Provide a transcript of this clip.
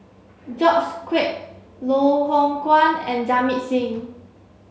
George Quek Loh Hoong Kwan and Jamit Singh